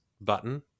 button